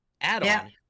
add-on